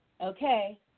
okay